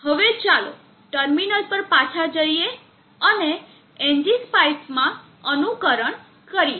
હવે ચાલો ટર્મિનલ પર પાછા જઈએ અને એનજીસ્પાઈસ માં અનુકરણ કરીએ